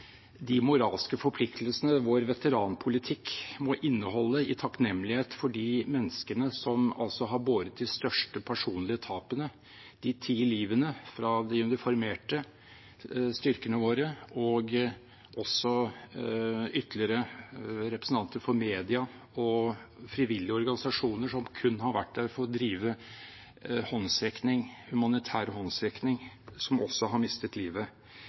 de moralske forpliktelsene vår veteranpolitikk må inneholde, i takknemlighet til de menneskene som har båret de største personlige tapene – de ti livene fra de uniformerte styrkene våre og også ytterligere representanter for media og frivillige organisasjoner som har mistet livet, som kun har vært der for å drive humanitær håndsrekning.